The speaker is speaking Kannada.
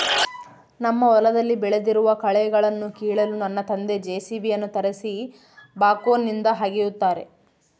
ನಮ್ಮ ಹೊಲದಲ್ಲಿ ಬೆಳೆದಿರುವ ಕಳೆಗಳನ್ನುಕೀಳಲು ನನ್ನ ತಂದೆ ಜೆ.ಸಿ.ಬಿ ಯನ್ನು ತರಿಸಿ ಬ್ಯಾಕ್ಹೋನಿಂದ ಅಗೆಸುತ್ತಾರೆ